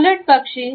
उलटपक्षी